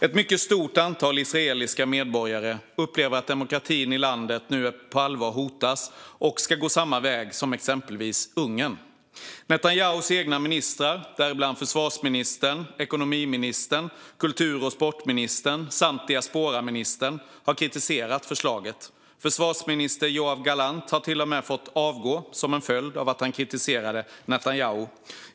Ett mycket stort antal israeliska medborgare upplever att demokratin i landet nu på allvar hotas och fruktar att Israel ska gå samma väg som exempelvis Ungern. Netanyahus egna ministrar, däribland försvarsministern, ekonomiministern, kultur och sportministern samt diasporaministern, har kritiserat förslaget. Försvarsminister Yoav Gallant har till och med fått avgå som en följd av att han kritiserade Netanyahu.